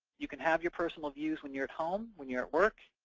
you can have your personal views when you're at home. when you're at work,